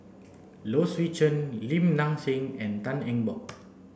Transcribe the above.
Low Swee Chen Lim Nang Seng and Tan Eng Bock